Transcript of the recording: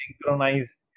synchronize